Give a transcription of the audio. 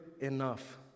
enough